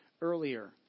earlier